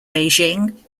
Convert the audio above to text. beijing